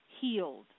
healed